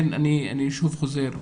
אני שוב חוזר,